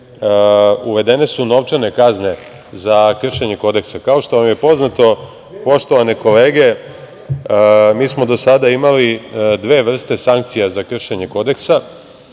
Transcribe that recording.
uvedene su novčane kazne za kršenje kodeksa. Kao što vam je poznato, poštovane kolege, mi smo do sada imali dve vrste sankcija za kršenje Kodeksa.